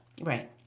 Right